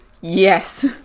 yes